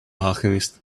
alchemist